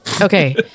Okay